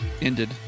ended